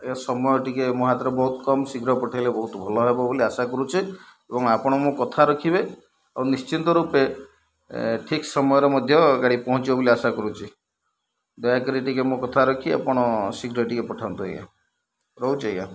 ଆଜ୍ଞା ସମୟ ଟିକିଏ ମୋ ହାତରେ ବହୁତ କମ୍ ଶୀଘ୍ର ପଠେଇଲେ ବହୁତ ଭଲ ହେବ ବୋଲି ଆଶା କରୁଛି ଏବଂ ଆପଣ ମୋ କଥା ରଖିବେ ଆଉ ନିଶ୍ଚିନ୍ତ ରୂପେ ଠିକ୍ ସମୟରେ ମଧ୍ୟ ଗାଡ଼ି ପହଞ୍ଚିବ ବୋଲି ଆଶା କରୁଛି ଦୟାକରି ଟିକିଏ ମୋ କଥା ରଖି ଆପଣ ଶୀଘ୍ର ଟିକିଏ ପଠାନ୍ତୁ ଆଜ୍ଞା ରହୁଛି ଆଜ୍ଞା